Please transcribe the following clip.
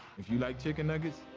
if you like chicken nuggets,